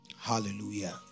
Hallelujah